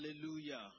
Hallelujah